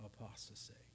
apostasy